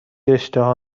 اشتها